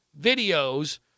videos